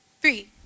Three